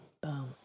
Boom